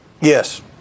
yes